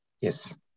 Yes